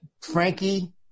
Frankie